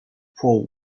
four